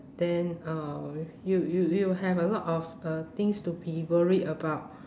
then uh you you you have a lot of uh things to be worried about